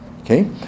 Okay